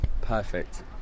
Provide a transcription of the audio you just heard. perfect